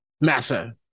massa